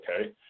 okay